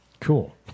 Cool